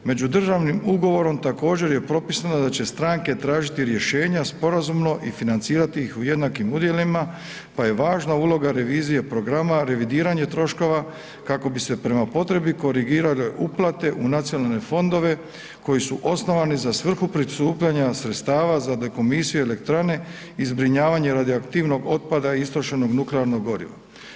Međudržavnim ugovorom također je propisano da će stranke tražiti rješenja sporazumno i financirati ih u jednakim udjelima pa je važna uloga revizije programa, revidiranje troškova kako bi se prema potrebi korigirale uplate u nacionalne fondove koji su osnovani za svrhu prikupljanja sredstava za dekomisiju elektrane i zbrinjavanje radioaktivnog otpada istrošenog nuklearnog goriva.